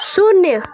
शून्य